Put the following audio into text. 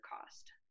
cost